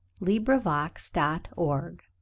LibriVox.org